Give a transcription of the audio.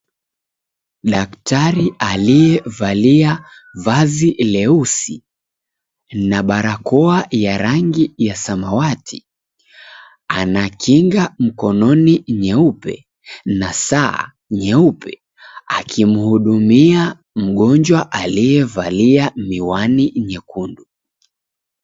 Daktari aliyevalia vazi leusi na barakoa ya rangi ya samawati anakinga mkononi nyeupe na saa nyeupe, akimuhudumia mgonjwa aliyevalia miwani nyekundu.